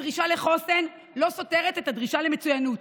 הדרישה לחוסן לא סותרת את הדרישה למצוינות.